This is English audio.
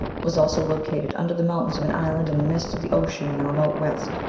was also located under the mountains of an island in the midst of the ocean in the remote west.